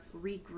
regroup